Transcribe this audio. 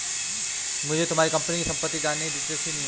मुझे तुम्हारे कंपनी की सम्पत्ति जानने में दिलचस्पी नहीं है